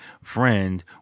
friend